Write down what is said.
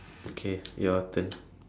okay your turn